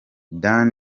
dan